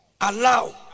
allow